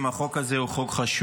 החוק הזה הוא חוק חשוב,